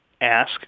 ask